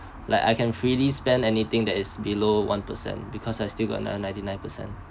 like I can freely spend anything that is below one per cent because I still got another ninety nine per cent